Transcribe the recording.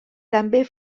també